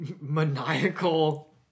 maniacal